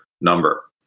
number